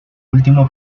último